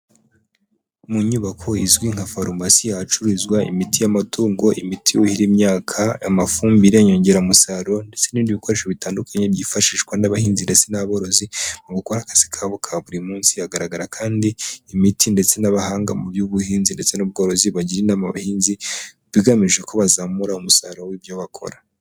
Mu nyubako izwi nka farumasi, ahacururizwa imiti y'amatungo, imiti yuhira imyaka, amafumbire n'inyongeramusaruro, ndetse n'ibindi bikoresho bitandukanye byifashishwa n'abahinzi, ndetse n'aborozi mu gukora akazi kabo ka buri munsi. Hagaragara kandi imiti ndetse n'abahanga mu by'ubuhinzi, ndetse n'ubworozi bagira inama abahinzi bigamije kuba bazamura umusaruro w'ibyo bakora.